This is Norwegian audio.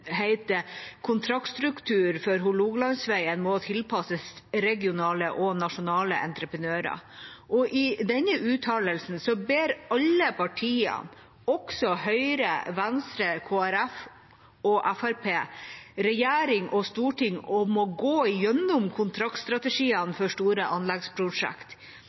for Hålogalandsveien må tilpasses regionale og nasjonale entreprenører.» I denne uttalelsen ber alle partiene, også Høyre, Venstre, Kristelig Folkeparti og Fremskrittspartiet, regjering og storting om å gå gjennom kontraktstrategiene for store anleggsprosjekt.